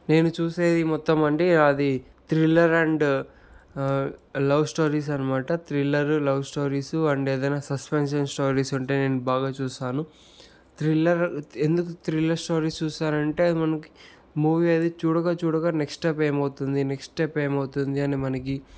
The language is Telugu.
నేను చూసేది మొత్తం అంటే ఇక అది థ్రిల్లర్ అండ్ లవ్ స్టోరీస్ అనమాట థ్రిల్లర్ లవ్ స్టోరీస్ అండ్ ఏదైనా సస్పెన్షన్ స్టోరీస్ ఉంటే నేను బాగా చూస్తాను థ్రిల్లర్ ఎందుకు థ్రిల్లర్ స్టోరీస్ చూస్తానంటే అది మనకి మూవీ అది చూడగా చూడగా నెక్స్ట్ స్టెప్ ఏమవుతుంది నెక్స్ట్ స్టెప్ ఏమవుతుంది అని మనకి